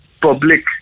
public